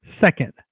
second